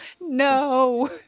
No